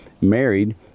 married